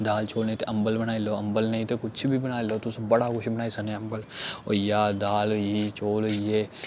दाल चौल नेईं ते अम्बल बनाई लैओ अम्बल नेईं ते कुछ बी बनाई लैओ तुस बड़ा कुछ बनाई सकने अम्बल होई गेआ दाल होई गेई चौल होई गे